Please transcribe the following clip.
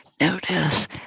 notice